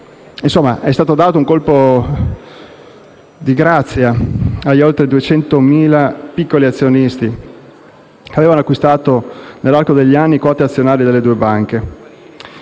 Insomma, è stato dato un colpo di grazia agli oltre 200.000 piccoli azionisti che avevano acquistato, nell'arco degli anni, quote azionarie delle due banche.